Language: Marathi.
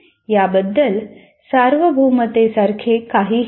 याबद्दल सार्वभौमतेसारखे काहीही नाही